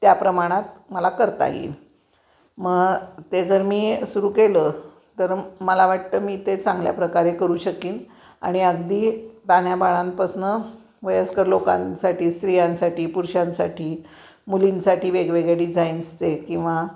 त्या प्रमाणात मला करता येईल मग ते जर मी सुरू केलं तर मला वाटतं मी ते चांगल्या प्रकारे करू शकीन आणि अगदी तान्ह्या बाळांपासून वयस्कर लोकांसाठी स्त्रियांसाठी पुरुषांसाठी मुलींसाठी वेगवेगळे डिझाईन्सचे किंवा